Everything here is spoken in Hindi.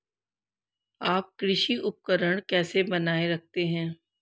आप कृषि उपकरण कैसे बनाए रखते हैं?